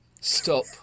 stop